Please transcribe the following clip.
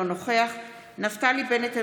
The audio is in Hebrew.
אינו נוכח נפתלי בנט,